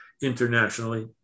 internationally